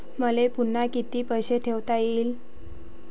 मले पुन्हा कितीक पैसे ठेवता येईन?